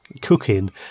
cooking